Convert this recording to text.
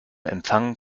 empfang